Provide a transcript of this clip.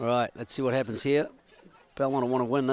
right let's see what happens here but i want to want to win